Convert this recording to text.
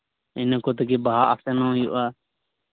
ᱤᱱᱟᱹ ᱠᱚ ᱛᱮᱜᱮ ᱵᱟᱦᱟ ᱟᱥᱮᱱ ᱦᱚᱸ ᱦᱩᱭᱩᱜᱼᱟ